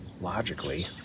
logically